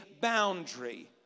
boundary